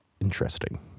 Interesting